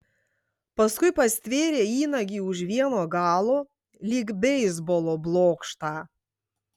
paskui pastvėrė įnagį už vieno galo lyg beisbolo blokštą